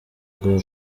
rwa